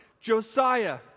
Josiah